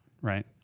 Right